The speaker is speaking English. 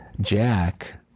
Jack